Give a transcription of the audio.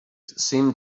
seemed